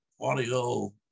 audio